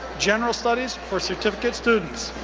general studies for certificate students.